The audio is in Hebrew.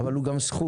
אבל הוא גם זכות.